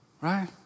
Right